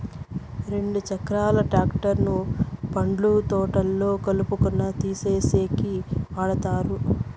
రెండు చక్రాల ట్రాక్టర్ ను పండ్ల తోటల్లో కలుపును తీసేసేకి వాడతారు